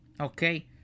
Okay